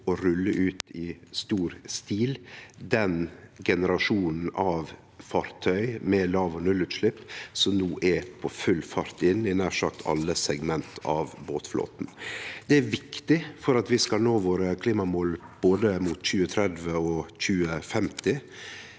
maritim ladeinfrastruktur generasjonen av fartøy med låg- og nullutslepp som no er på full fart inn i nær sagt alle segment av båtflåten. Dette er viktig for at vi skal nå klimamåla våre, både mot 2030 og 2050.